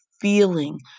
feeling